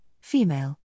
female